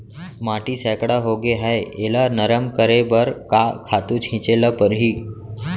माटी सैकड़ा होगे है एला नरम करे बर का खातू छिंचे ल परहि?